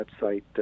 website